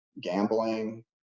gambling